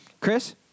Chris